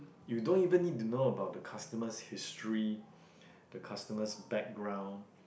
you don't even need to know about the customer's history the customer's background